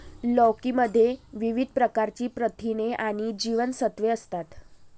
लौकी मध्ये विविध प्रकारची प्रथिने आणि जीवनसत्त्वे असतात